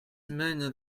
mona